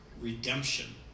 redemption